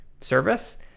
service